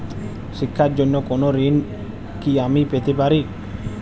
শিক্ষার জন্য কোনো ঋণ কি আমি পেতে পারি?